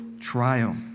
trial